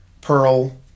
Pearl